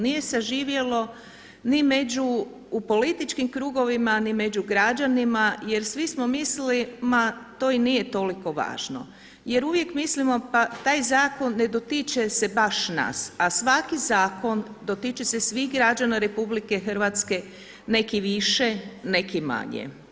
Nije saživjelo ni među u političkim krugovima ni među građanima jer svi smo mislili, ma to i nije toliko važno jer uvijek mislimo pa taj zakon ne dotiče se baš nas, a svaki zakon dotiče se svih građana RH, neki više, neki manje.